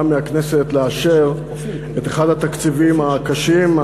מהכנסת לאשר את אחד התקציבים הקשים,